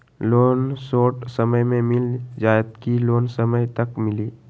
Loan short समय मे मिल जाएत कि लोन समय तक मिली?